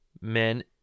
men